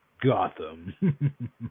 Gotham